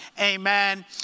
amen